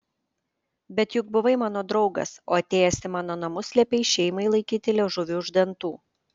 bet juk buvai mano draugas o atėjęs į mano namus liepei šeimai laikyti liežuvį už dantų